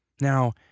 Now